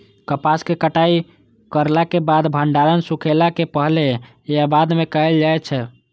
कपास के कटाई करला के बाद भंडारण सुखेला के पहले या बाद में कायल जाय छै?